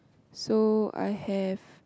so I have